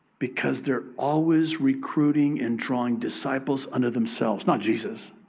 because they're always recruiting and drawing disciples unto themselves, not jesus.